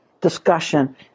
discussion